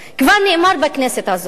כבר נאמר בכנסת הזאת